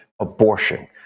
abortion